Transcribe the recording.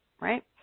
right